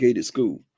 school